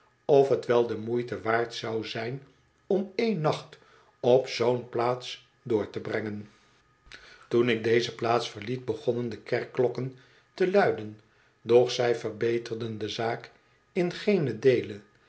of t wel de moeite waard zou zijn om én nacht op zoom plaats door te brengen toen ik deze plaats verliet begonnen de kerkklokken te luiden doch zij verbeterden de zaak in geenen deele